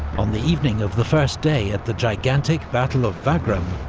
on the evening of the first day at the gigantic battle of wagram,